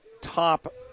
top